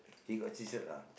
he got cheated ah